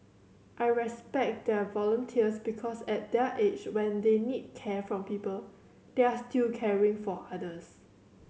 I respect their volunteers because at their age when they need care from people they are still caring for others